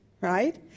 right